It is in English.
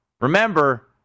remember